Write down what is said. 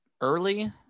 early